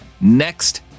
next